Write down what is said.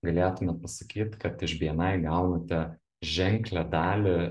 galėtumėt pasakyt kad iš bni gaunate ženklią dalį